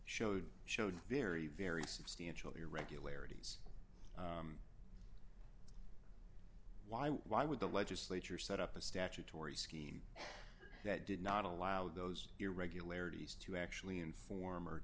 showed showed very very substantial irregularities why would why would the legislature set up a statutory scheme that did not allow those irregularities to actually inform or